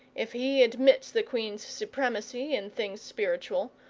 if he admits the queen's supremacy in things spiritual,